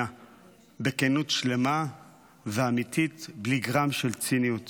בכנות שלמה ואמיתית ובלי גרם של ציניות